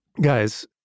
guys